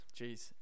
Jeez